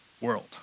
world